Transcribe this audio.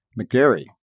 McGarry